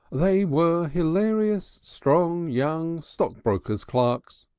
they were hilarious, strong young stockbrokers' clerks,